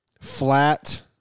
flat